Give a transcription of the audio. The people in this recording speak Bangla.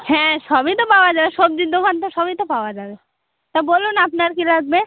হ্যাঁ সবই তো পাওয়া যায় সবজির দোকান তো সবই তো পাওয়া যাবে তা বলুন আপনার কী লাগবে